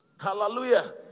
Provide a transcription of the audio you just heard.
Hallelujah